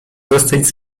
zostać